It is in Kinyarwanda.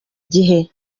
gihe